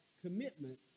commitment